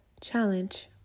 challenge